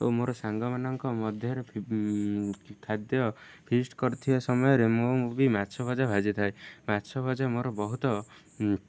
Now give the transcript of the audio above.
ଓ ମୋର ସାଙ୍ଗମାନଙ୍କ ମଧ୍ୟରେ ଖାଦ୍ୟ ଫିଷ୍ଟ କରିଥିବା ସମୟରେ ମୁଁ ମୁଁ ବି ମାଛ ଭଜା ଭାଜିଥାଏ ମାଛ ଭଜା ମୋର ବହୁତ